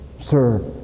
sir